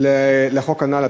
לחוק הנ"ל,